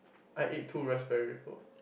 I ate two Raspberry Ripple